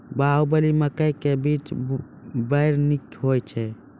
बाहुबली मकई के बीज बैर निक होई छै